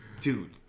dude